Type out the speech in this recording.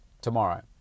tomorrow